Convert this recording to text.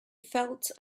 felt